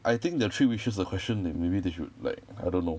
I think the three wishes the question that maybe they should like I don't know